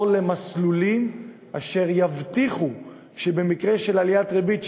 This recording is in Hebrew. למסלולים אשר יבטיחו שבמקרה של עליית ריבית,